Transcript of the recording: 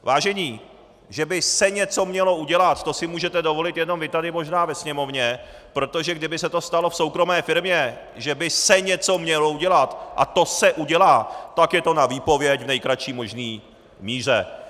Vážení, že by se(!) něco mělo udělat, to si můžete dovolit jenom vy tady možná ve Sněmovně, protože kdyby se to stalo v soukromé firmě, že by se(!) něco mělo udělat a to se(!) udělá, tak je to na výpověď v nejkratší možné míře.